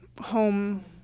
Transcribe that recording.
home